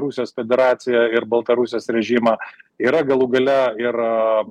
rusijos federaciją ir baltarusijos režimą yra galų gale ir